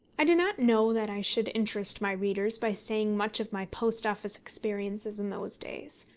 i do not know that i should interest my readers by saying much of my post office experiences in those days.